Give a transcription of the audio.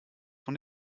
von